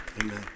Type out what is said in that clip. Amen